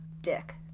Dick